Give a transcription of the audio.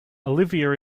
olivia